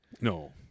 No